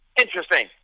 Interesting